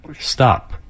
stop